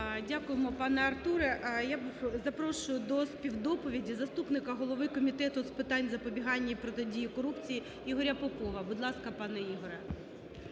Дякую, пане Артуре. Я запрошую до співдоповіді заступника голови Комітету з питань запобігання і протидії корупції Ігоря Попова. Будь ласка, пане Ігорю.